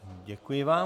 Děkuji vám.